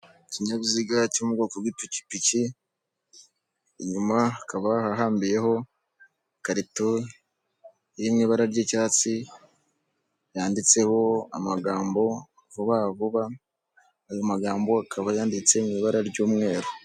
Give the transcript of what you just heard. Ikinyabiziga cyo mu bwoko bw'ipikipiki, inyuma hakaba hahambiyeho ikarito iri mu ibara ry'icyatsi yanditseho amagambo, vuba vuba, ayo magambo akaba yanditse mu ibara ry'umweru.